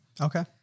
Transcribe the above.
Okay